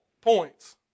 points